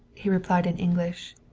he replied in english.